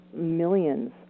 millions